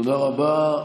תודה רבה.